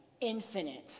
infinite